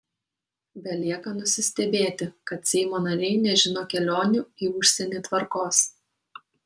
belieka nusistebėti kad seimo nariai nežino kelionių į užsienį tvarkos